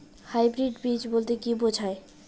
Hybrid বীজ বলতে কী বোঝায়?